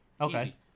okay